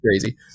crazy